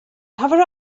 cover